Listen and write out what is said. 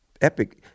Epic